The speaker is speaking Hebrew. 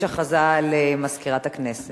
יש הודעה למזכירת הכנסת.